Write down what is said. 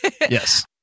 Yes